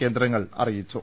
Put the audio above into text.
കേന്ദ്രങ്ങൾ അറിയിച്ചു